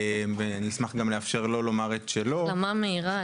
ונשמח לאפשר לו לומר את שלו- -- החלמה מהירה.